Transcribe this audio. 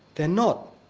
they're not